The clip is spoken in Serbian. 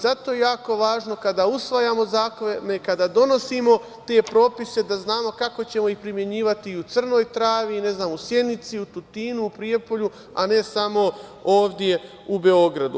Zato je jako važno kada usvajamo zakone, kada donosimo te propise da znamo kako ćemo ih primenjivati i u Crnoj Travi, u Sjenici, u Tutinu, u Prijepolju, a ne samo ovde u Beogradu.